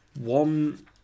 one